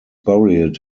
buried